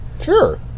Sure